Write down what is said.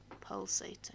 Pulsating